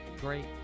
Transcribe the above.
Great